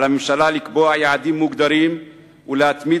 על הממשלה לקבוע יעדים מוגדרים ולהתמיד